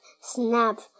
snap